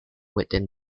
within